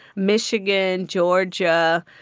michigan, georgia,